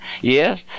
Yes